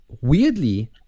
Weirdly